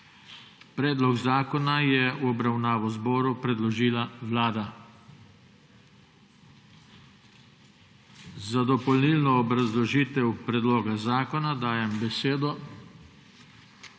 Predlog zakona je v obravnavo zboru predložila Vlada. Za dopolnilno obrazložitev predloga zakona dajem besedo